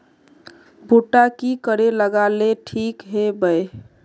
भुट्टा की करे लगा ले ठिक है बय?